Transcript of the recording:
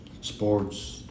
sports